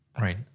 Right